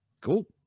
Cool